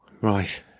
Right